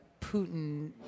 Putin